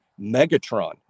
Megatron